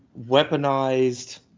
weaponized